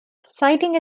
citing